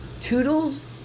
Toodles